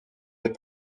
des